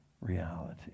reality